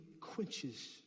quenches